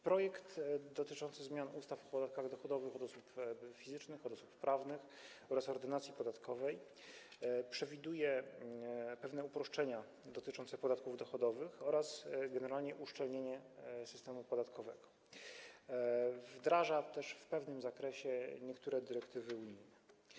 Projekt dotyczący zmian ustaw o podatkach dochodowym od osób fizycznych, od osób prawnych oraz Ordynacji podatkowej przewiduje pewne uproszczenia dotyczące podatków dochodowych oraz generalnie uszczelnienie systemu podatkowego, wdraża też w pewnym zakresie niektóre dyrektywy unijne.